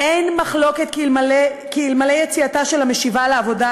"אין מחלוקת כי אלמלא יציאתה של המשיבה לעבודה